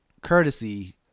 courtesy